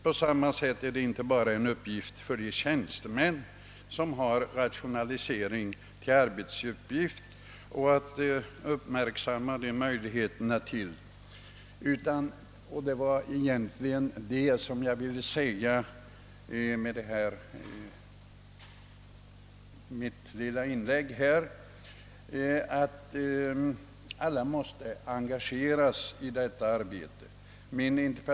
På samma sätt är rationaliseringen inte bara en uppgift för de tjänstemän som har som arbete att uppmärksamma rationaliseringsmöjligheter, utan — det är vad jag egentligen ville säga med mitt lilla inlägg — alla måste engageras i denna verksamhet.